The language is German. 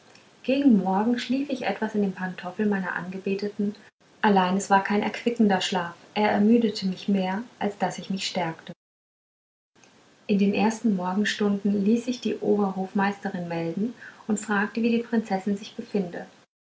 gegen morgen schlief ich etwas in dem pantoffel meiner angebeteten allein es war kein erquickender schlaf er ermüdete mich mehr als daß ich mich stärkte in den ersten morgenstunden ließ sich die oberhofmeisterin melden und fragte wie die prinzessin sich befinde